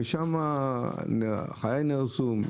חיי נהרסו,